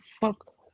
fuck